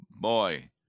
boy